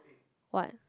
what